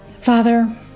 Father